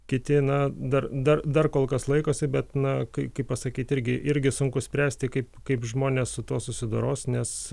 kiti na dar dar dar kol kas laikosi bet na kai kaip pasakyti irgi irgi sunku spręsti kaip kaip žmonės su tuo susidoros nes